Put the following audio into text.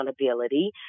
accountability